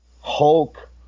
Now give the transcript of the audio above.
hulk